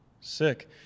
sick